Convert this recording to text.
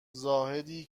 زاهدی